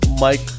Mike